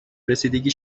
رسیدگی